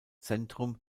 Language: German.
zentrum